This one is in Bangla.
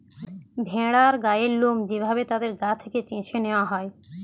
ভেড়ার গায়ের লোম যে ভাবে তাদের গা থেকে চেছে নেওয়া হয়